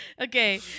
Okay